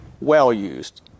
well-used